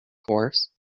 course